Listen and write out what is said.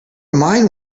mind